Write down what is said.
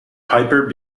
piper